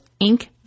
Inc